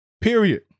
Period